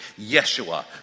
Yeshua